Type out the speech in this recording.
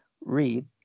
read